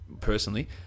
personally